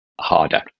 harder